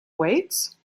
weights